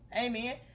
amen